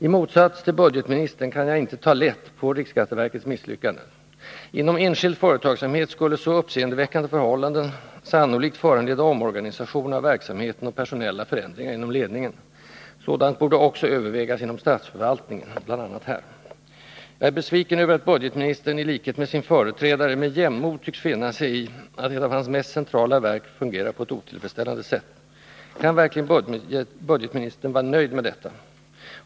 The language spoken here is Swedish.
I motsats till budgetministern kan jag inte ta lätt på riksskatteverkets misslyckanden. Inom enskild företagsamhet skulle så uppseendeväckande förhållanden sannolikt föranleda omorganisation av verksamheten och personella förändringar inom ledningen. Sådant borde också övervägas inom statsförvaltningen, inte minst här. Jag är besviken över att budgetministern, i likhet med sin företrädare, med jämnmod tycks finna sig i att ett av hans centrala verk fungerar på ett otillfredsställande sätt. Kan verkligen budgetministern vara nöjd med detta?